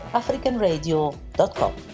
africanradio.com